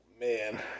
man